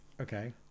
Okay